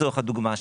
לצורך הדוגמה,